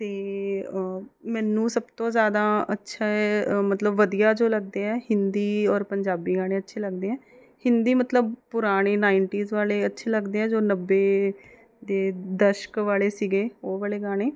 ਅਤੇ ਮੈਨੂੰ ਸਭ ਤੋਂ ਜ਼ਿਆਦਾ ਅੱਛੇ ਮਤਲਬ ਵਧੀਆ ਜੋ ਲੱਗਦੇ ਹੈ ਹਿੰਦੀ ਔਰ ਪੰਜਾਬੀ ਗਾਣੇ ਅੱਛੇ ਲੱਗਦੇ ਹੈ ਹਿੰਦੀ ਮਤਲਬ ਪੁਰਾਣੇ ਨਾਈਟੀਜ਼ ਵਾਲੇ ਅੱਛੇ ਲੱਗਦੇ ਹੈ ਜੋ ਨੱਬੇ ਦੇ ਦਸ਼ਕ ਵਾਲੇ ਸੀਗੇ ਉਹ ਵਾਲੇ ਗਾਣੇ